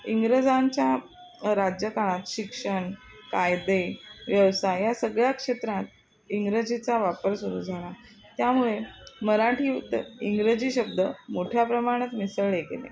इंग्रजांच्या राज्यकाळात शिक्षण कायदे व्यवसाय या सगळ्या क्षेत्रात इंग्रजीचा वापर सुरू झाला त्यामुळे मराठीत इंग्रजी शब्द मोठ्या प्रमाणात मिसळले गेले